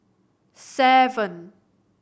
seven